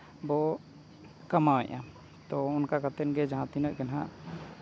ᱵᱚ ᱠᱟᱢᱟᱣᱮᱜᱼᱟ ᱛᱳ ᱚᱱᱠᱟ ᱠᱟᱛᱮ ᱜᱮ ᱡᱟᱦᱟᱸ ᱛᱤᱱᱟᱹᱜ ᱜᱮ ᱦᱟᱸᱜ